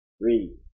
Read